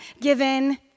given